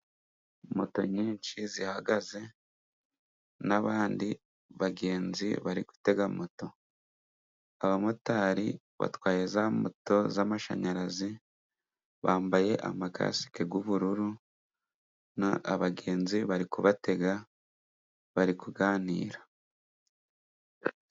Moto nyinshi zihagaze n'abandi bagenzi bari gutega moto, abamotari batwaye za moto z'amashanyarazi bambaye amakasike y'ubururu abagenzi bari kubatega bari kuganira.